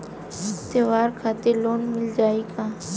त्योहार खातिर लोन मिल जाई का?